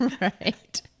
Right